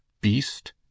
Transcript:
beast